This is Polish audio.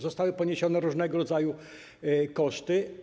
Zostały poniesione różnego rodzaju koszty.